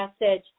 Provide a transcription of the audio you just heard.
message